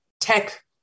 tech